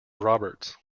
roberts